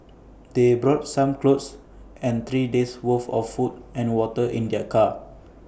they brought some clothes and three days' worth of food and water in their car